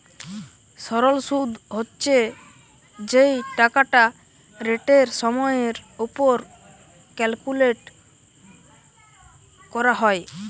সরল শুদ হচ্ছে যেই টাকাটা রেটের সময়ের উপর ক্যালকুলেট করা হয়